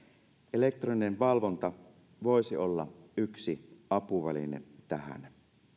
elektroninen valvonta voisi olla yksi apuväline tähän